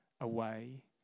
away